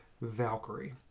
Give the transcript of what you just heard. Valkyrie